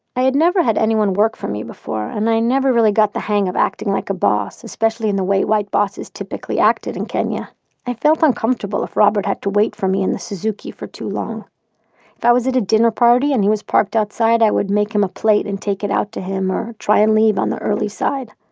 i had never had anyone work for me before, and i never really got the hang of acting like a boss, especially in the way white bosses typically acted in kenya i felt uncomfortable if robert had to wait for me in the suzuki for too long if i was at a dinner party and he was parked outside i would make him a plate and take it out to him or try to and leave on the early side.